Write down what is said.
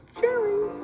Jerry